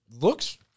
looks